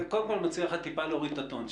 קודם כול, אני מציע לך טיפה להוריד את הטון.